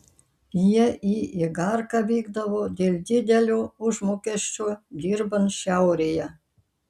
jie į igarką vykdavo dėl didelio užmokesčio dirbant šiaurėje